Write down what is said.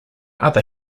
other